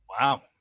Wow